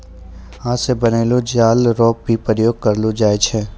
हाथ से बनलो जाल रो भी प्रयोग करलो जाय छै